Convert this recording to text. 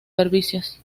servicios